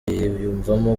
yiyumvamo